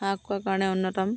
হাঁহ কুকুৰাৰ কাৰণে অন্যতম